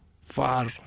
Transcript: far